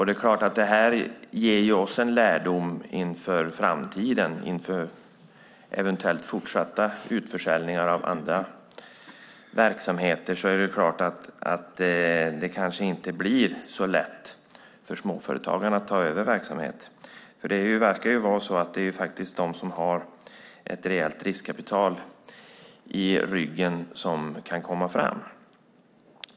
Det är klart att det ger oss en lärdom inför framtiden, inför eventuellt fortsatta utförsäljningar av andra verksamheter. Det kanske inte blir så lätt för småföretagarna att ta över en verksamhet. Det verkar vara så att det är de som har ett rejält riskkapital i ryggen som kan komma fram.